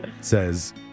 Says